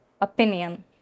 opinion